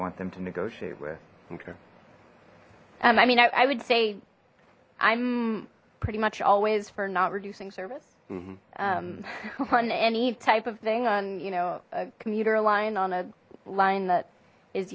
want them to negotiate with okay and i mean i would say i'm pretty much always for not reducing service mm hmm on any type of thing on you know a commuter line on a line that is